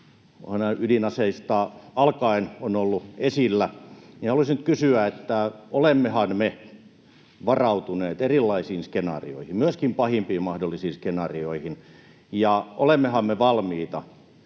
ydinaseista alkaen, on ollut esillä, niin haluaisin nyt kysyä: olemmehan me varautuneet erilaisiin skenaarioihin — myöskin pahimpiin mahdollisiin skenaarioihin — ja olemmehan me valmiita